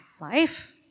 Life